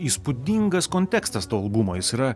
įspūdingas kontekstas to albumo jis yra